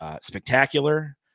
spectacular